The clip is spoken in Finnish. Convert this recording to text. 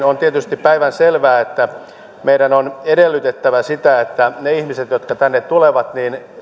on tietysti päivänselvää että meidän on edellytettävä sitä että ne ihmiset jotka tänne tulevat